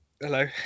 Hello